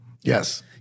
Yes